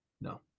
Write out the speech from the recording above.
no